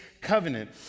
covenant